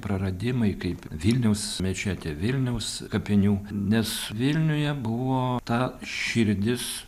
praradimai kaip vilniaus mečetė vilniaus kapinių nes vilniuje buvo ta širdis